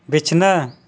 ᱵᱤᱪᱷᱱᱟᱹ